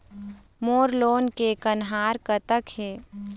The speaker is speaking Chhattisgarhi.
मोर लोन के कन्हार कतक हे?